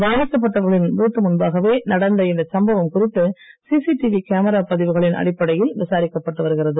பாதிக்கப்பட்டவர்களின் வீட்டு முன்பாகவே நடந்த இந்த சம்பவம் குறித்து சிசிடிவி கேமரா பதிவுகளின் அடிப்படையில் விசாரிக்கப்பட்டு வருகிறது